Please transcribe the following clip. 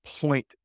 point